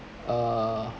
uh